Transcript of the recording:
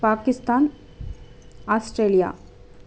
Pakistan Australia